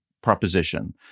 proposition